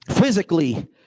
Physically